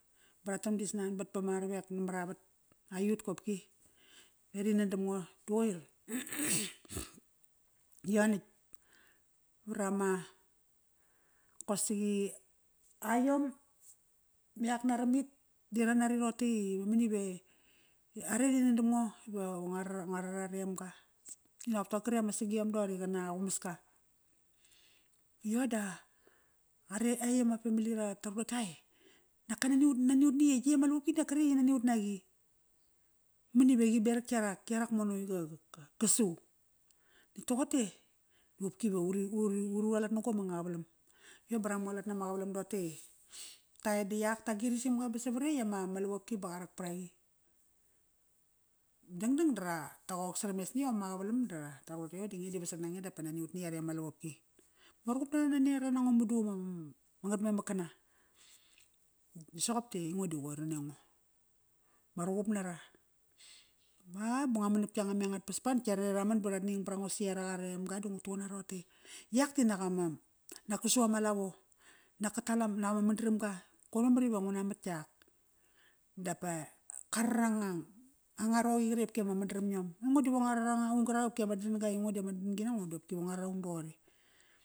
Di rataram di snanbat pama ravek namaravat. Aiyut kopki ve ri nan damngo da qoir. yo natk varama, qosiqi aiyom me ak naramit di ranari roqote i mani ve are ri nan dam ngo va ngurar, ngurar amenga. Nop torkri ama sagayom doqori qana qumaska. Yo da are etk ama family ta ta ruqu doqote ai naka nani naniut ni yetk. Yey ama lavopki di na kretk i nani ut naqi. Mani va qi berak yarak, yarak mo no i qa qasu. Natk toqote diqopki i ve uri, uri, urualat na gom anga qavalam. Yo ba ra mualat nama qavalam. Yo ba ra mualat nama qavalam toqote i. Taedi yak, ta grisim ga ba savaretk ama lavopki ba qarak paraqi. Dangdang da ra, ta qok sarames ni yom ama qavalam da ra, ta ruqun toqote di nge di vasat nange dapa nanut ni yaretk ama lavopki. Ma ruqup nara naniara nango madu ma, ma ngatmemak kana. Soqop ti aingo do qoir nani ango. Ma ruqup nara. Ba nitk ngua nap yanga me angat pas ba natk yarare ra man ba ratning barango si yarak aremga di ngutuqun nara roqote i, yak tinak ka su ama lavo. Nak ka tal ama, naqama madaramga. Koir memar iva ngu na mat yak. Dapa qarar anga, anga roqi qaretk i qopki ama madaram iom. Aingo diva ngua rar aung krak ama dadam-gai aingo di ama dadam-gi nango daqopki nguarar aung doqori.